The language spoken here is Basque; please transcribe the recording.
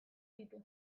ditu